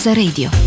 radio